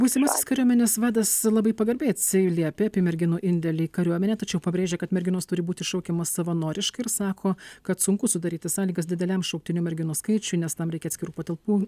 būsimasis kariuomenės vadas labai pagarbiai atsiliepė apie merginų indėlį į kariuomenę tačiau pabrėžė kad merginos turi būti šaukiamos savanoriškai ir sako kad sunku sudaryti sąlygas dideliam šauktinių merginų skaičiui nes tam reikia atskirų patalpų